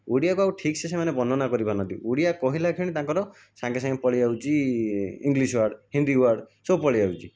ଓଡ଼ିଆକୁ ଆଉ ଠିକ୍ସେ ସେମାନେ ବର୍ଣ୍ଣନା କରି ପାରୁନାହାନ୍ତି ଓଡ଼ିଆ କହିଲା କ୍ଷଣି ତାଙ୍କର ସାଙ୍ଗେ ସାଙ୍ଗେ ପଳେଇ ଆସୁଛି ଇଂଲିଶ୍ ୱାର୍ଡ଼ ହିନ୍ଦୀ ୱାର୍ଡ଼ ସବୁ ପଳେଇ ଆସୁଛି